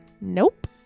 Nope